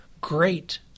Great